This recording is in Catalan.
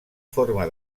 forma